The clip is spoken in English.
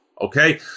okay